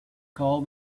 call